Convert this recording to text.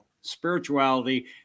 spirituality